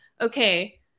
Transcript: okay